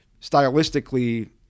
stylistically